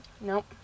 nope